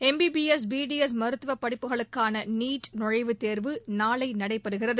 MBBS BDS மருத்துவ படிப்புகளுக்கான NEET நுழைவுத்தேர்வு நாளை நடைபெறுகிறது